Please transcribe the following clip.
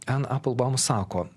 en eplbaum sako